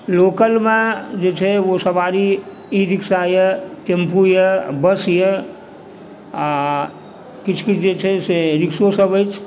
लोकलमे जे छै ओ सवारी ई रिक्सा यऽ टेम्पू यऽ बस यऽ आओर किछु किछु जे छै से रिक्सो सभ अछि